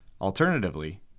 Alternatively